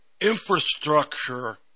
infrastructure